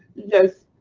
yes,